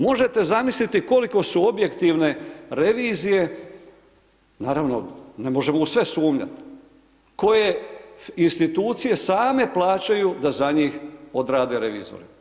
Možete zamisliti koliko su objektivne revizije, naravno ne možemo u sve sumnjati, koje institucije same plaćaju da za njih odrade revizori.